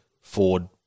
Ford